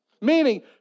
meaning